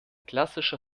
klassischer